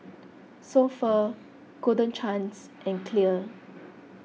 So Pho Golden Chance and Clear